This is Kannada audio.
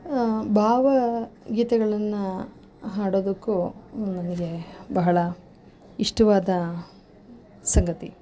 ಭಾವಗೀತೆಗಳನ್ನು ಹಾಡೋದಕ್ಕೂ ನನಗೆ ಬಹಳ ಇಷ್ಟವಾದ ಸಂಗತಿ